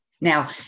Now